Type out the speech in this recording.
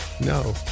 No